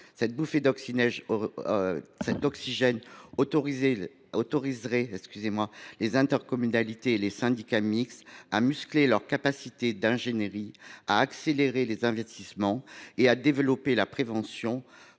Cette bouffée d’oxygène offrirait aux intercommunalités et aux syndicats mixtes la possibilité de muscler leur capacité d’ingénierie, d’accélérer les investissements et de développer la prévention